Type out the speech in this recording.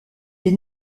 les